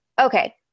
okay